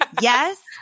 Yes